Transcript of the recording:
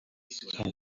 son